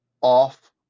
off